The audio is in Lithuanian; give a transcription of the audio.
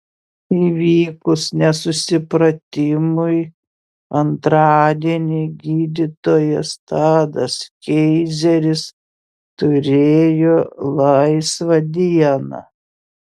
įvykus nesusipratimui antradienį gydytojas tadas keizeris turėjo laisvą dieną